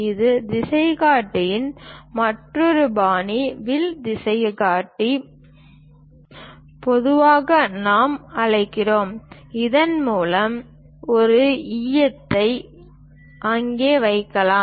இது திசைகாட்டியின் மற்றொரு பாணி வில் திசைகாட்டி பொதுவாக நாம் அழைக்கிறோம் இதன் மூலம் ஒரு ஈயத்தை அங்கே வைக்கலாம்